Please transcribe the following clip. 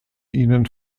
ihnen